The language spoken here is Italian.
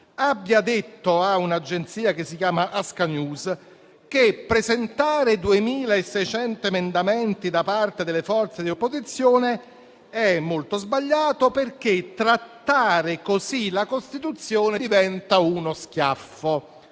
abbia detto a un'agenzia che si chiama Askanews che presentare 2.600 emendamenti da parte delle forze di opposizione è molto sbagliato, perché trattare così la Costituzione diventa uno schiaffo.